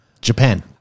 Japan